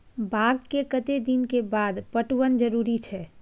बाग के कतेक दिन के बाद पटवन जरूरी छै?